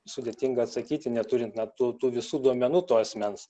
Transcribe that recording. sudėtinga atsakyti neturint na tų tų visų duomenų to asmens